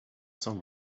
song